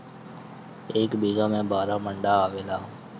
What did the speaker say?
एक बीघा में बारह मंडा आवेला